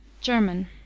German